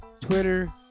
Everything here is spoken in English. Twitter